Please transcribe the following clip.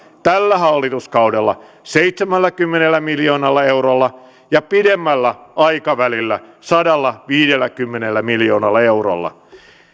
tällä hallituskaudella seitsemälläkymmenellä miljoonalla eurolla ja pidemmällä aikavälillä sadallaviidelläkymmenellä miljoonalla eurolla